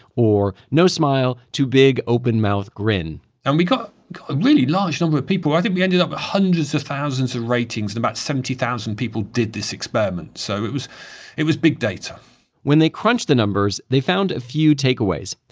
or no smile to a big, open mouthed grin and we got a really large number of people, i think we ended up with ah hundreds of thousands of ratings, and about seventy thousand people did this experiment so it was it was big data when they crunched the numbers, they found a few takeaways.